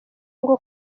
ngo